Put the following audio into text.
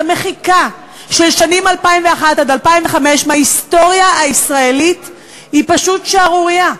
המחיקה של 2001 2005 מההיסטוריה הישראלית היא פשוט שערורייה.